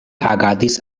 agadis